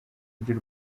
ry’u